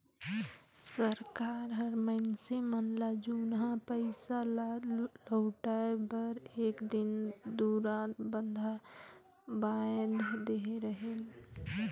सरकार हर मइनसे मन ल जुनहा पइसा ल लहुटाए बर एक दिन दुरा बांएध देहे रहेल